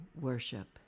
worship